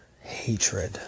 hatred